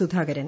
Sudhakaran